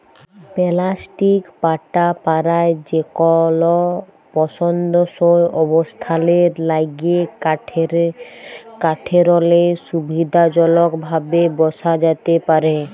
plastic পাটা পারায় যেকল পসন্দসই অবস্থালের ল্যাইগে কাঠেরলে সুবিধাজলকভাবে বসা যাতে পারহে